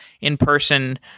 in-person